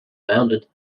founded